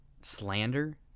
slander